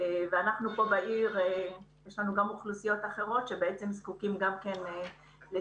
אבל פה בעיר יש לנו גם אוכלוסיות אחרות שזקוקות לסיוע,